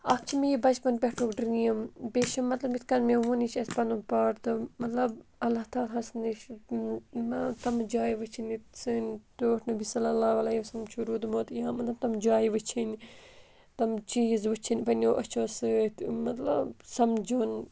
اَکھ چھِ مےٚ یہِ بَچپَن پٮ۪ٹھُک ڈرٛیٖم بیٚیہِ چھِ مطلب یِتھ کٔنۍ مےٚ ووٚن نِش اَسہِ پَنُن پاٹ تہٕ مطلب اللہ تعالیٰ ہَس نِش تم جایہِ وٕچھِنۍ ییٚتہِ سٲنۍ ٹوٹھ نبی صلی چھُ روٗدمُت یہِ مطلب تٕم جایہِ وٕچھِنۍ تٕم چیٖز وٕچھِنۍ پنٛنیو أچھو سۭتۍ مطلب سَمجُن